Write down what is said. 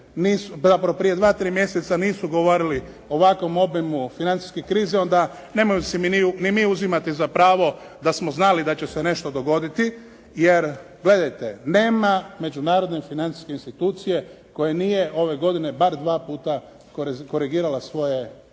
ako oni prije dva-tri mjeseca nisu govorili o ovakvom obimu financijske krize, onda nemojmo si ni mi uzimati za pravo da smo znali da će se nešto dogoditi. Jer gledajte, nema međunarodne financijske institucije koja nije ove godine bar dva puta korigirala svoje procjene.